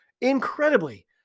incredibly